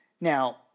Now